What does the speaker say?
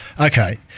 Okay